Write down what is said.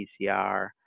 PCR